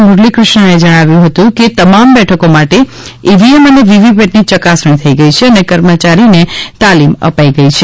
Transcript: મુરલીક્રિષ્નાએ જણાવાયું હતું કે તમામ બેઠકો માટે ઈવીએમ અને વીવીપેટની યકાસણી થઈ ગઈ છે અને કર્મચારીને તાલિમ અપાઈ ગઈ છે